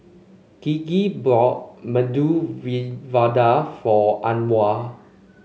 Gigi bought Medu Vada for Anwar